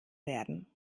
werden